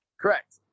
correct